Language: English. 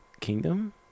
Kingdom